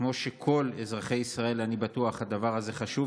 וכמו שלכל אזרחי ישראל, אני בטוח, הדבר הזה חשוב,